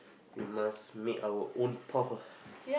we must make our own path